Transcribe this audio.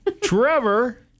Trevor